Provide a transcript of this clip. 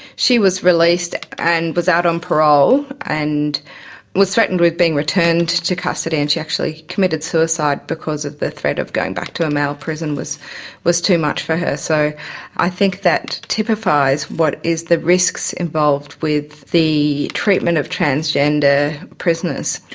she was released and was out on parole and was threatened with being returned to custody and she actually committed suicide because the threat of going back to a male prison was was too much for her. so i think that typifies what is the risks involved with the treatment of transgender prisoners.